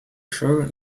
sure